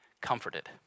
comforted